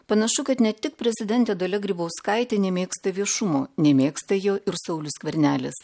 panašu kad ne tik prezidentė dalia grybauskaitė nemėgsta viešumo nemėgsta jo ir saulius skvernelis